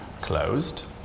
closed